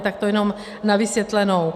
Tak to jenom na vysvětlenou.